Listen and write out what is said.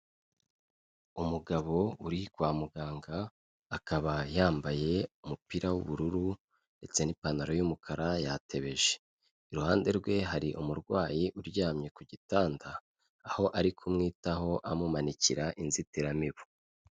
Umugabo uri kwa muganga akaba yambaye umupira w'ubururu ndetse n'ipantaro y'umukara yatebeje. Iruhande rwe hari umurwayi uryamye ku gitanda, aho ari kumwitaho amumanikira inzitiramibu.